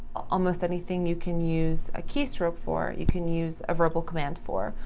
almost anything you can use a keystroke for you can use a verbal command for.